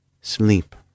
Sleep